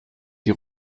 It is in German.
die